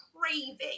craving